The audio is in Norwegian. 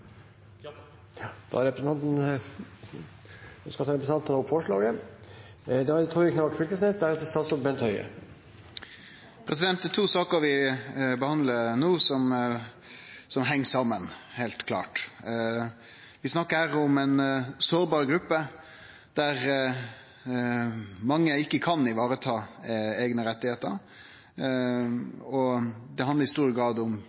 Ja. Da har representanten Ketil Kjenseth tatt opp forslaget fra Venstre. Det er to saker vi behandlar no som heilt klart heng saman. Vi snakkar her om ei sårbar gruppe der mange ikkje kan vareta eigne rettar, og det handlar i stor grad om